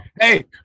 Hey